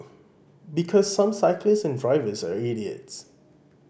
because some cyclists and drivers are idiots